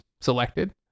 selected